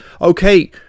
Okay